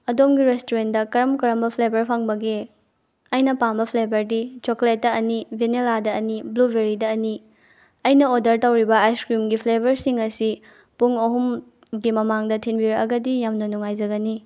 ꯑꯗꯣꯝꯒꯤ ꯔꯦꯁꯇꯨꯔꯦꯟꯗ ꯀꯔꯝ ꯀꯔꯝꯕ ꯐ꯭ꯂꯦꯕꯔ ꯐꯪꯕꯒꯦ ꯑꯩꯅ ꯄꯥꯝꯕ ꯐ꯭ꯂꯦꯕꯔꯗꯤ ꯆꯣꯀꯣꯂꯦꯠꯇ ꯑꯅꯤ ꯚꯦꯅꯤꯜꯂꯥꯗ ꯑꯅꯤ ꯕ꯭ꯂꯨ ꯕꯦꯔꯤꯗ ꯑꯅꯤ ꯑꯩꯅ ꯑꯣꯔꯗꯔ ꯇꯧꯔꯤꯕ ꯑꯥꯏꯁ ꯀ꯭ꯔꯤꯝꯒꯤ ꯐ꯭ꯦꯕꯔꯁꯤꯡ ꯑꯁꯤ ꯄꯨꯡ ꯑꯍꯨꯝꯒꯤ ꯃꯃꯥꯡꯗ ꯊꯤꯟꯕꯤꯔꯛꯑꯒꯗꯤ ꯌꯥꯝꯅ ꯅꯨꯡꯉꯥꯏꯖꯒꯅꯤ